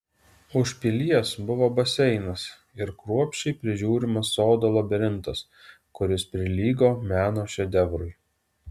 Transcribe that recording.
už pilies buvo baseinas ir kruopščiai prižiūrimas sodo labirintas kuris prilygo meno šedevrui